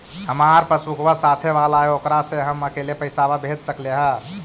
हमार पासबुकवा साथे वाला है ओकरा से हम अकेले पैसावा भेज सकलेहा?